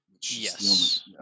Yes